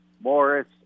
Morris